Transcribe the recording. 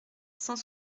cent